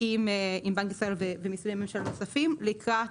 עם בנק ישראל ומשרדי ממשלה נוספים לקראת